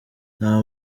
nta